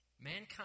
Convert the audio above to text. Mankind